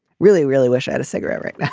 really really wish i had a cigarette right.